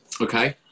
Okay